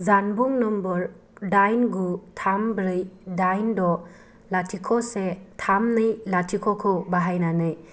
जानबुं नम्बर दाइन गु थाम ब्रै दाइन द' लाथिख' से थाम नै लाथिख'खौ बाहायनानै